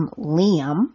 Liam